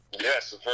Yes